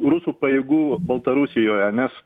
rusų pajėgų baltarusijoje nes